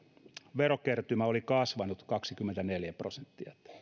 verokertymä oli kasvanut kaksikymmentäneljä prosenttia